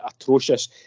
atrocious